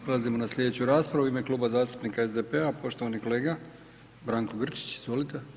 Prelazimo na slijedeću raspravu u ime Kluba zastupnika SDP-a, poštovani kolega Branko Grčić, izvolite.